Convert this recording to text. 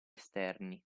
esterni